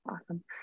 awesome